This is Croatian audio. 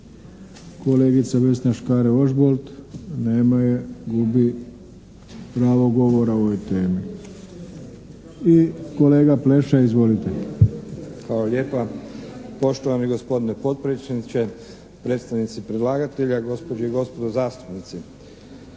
Kolegica Vesna Škare Ožbolt? Nema je. Gubi pravo govora o ovoj temi. I kolega Pleša. Izvolite! **Pleša, Velimir (HDZ)** Hvala lijepa. Poštovani gospodine potpredsjedniče, predstavnici predlagatelja, gospođe i gospodo zastupnici!